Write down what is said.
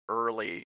early